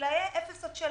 בגילאי 0-3,